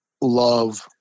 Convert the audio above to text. love